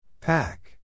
Pack